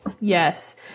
Yes